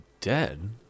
dead